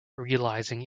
realizing